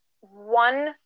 one